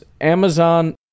Amazon